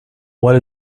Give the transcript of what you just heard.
what